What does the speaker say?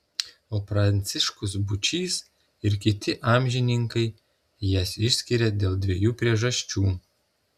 o pranciškus būčys ir kiti amžininkai jas išskiria dėl dviejų priežasčių